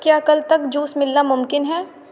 کیا کل تک جوس ملنا ممکن ہے